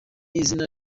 izina